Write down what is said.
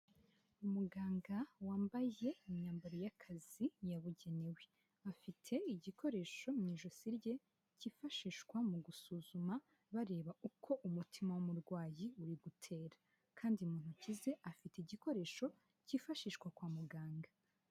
Umuganga wambaye imyambaro y'akazi yabugenewe, afite igikoresho mu ijosi rye kifashishwa mu gusuzuma bareba uko umutima w'umurwayi uri gutera kandi mu ntoki ze afite igikoresho cyifashishwa kwa muganga.